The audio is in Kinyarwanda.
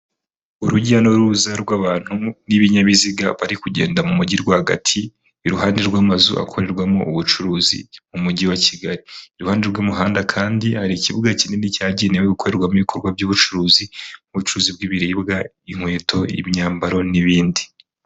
Urujya n'uruza rw'abantu n'ibinyabiziga bari kugenda mu mujyi rwagati, iruhande rw'amazu akorerwamo ubucuruzi mu mujyi wa Kigali, iruhande rw'umuhanda kandi hari ikibuga kinini cyagenewe gukorerwamo ibikorwa by'ubucuruzi nk'ubucuruzi bw'ibiribwa, inkweto imyambaro n'ibindi.